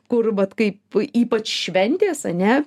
kur vat kaip ypač šventės ane